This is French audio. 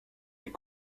les